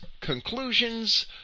conclusions